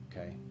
okay